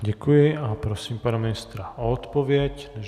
Děkuji a prosím pana ministra o odpověď.